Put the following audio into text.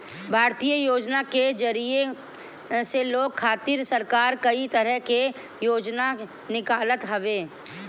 भारतीय योजना के जरिया से लोग खातिर सरकार कई तरह के योजना निकालत हवे